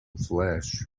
flesh